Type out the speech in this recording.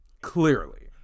clearly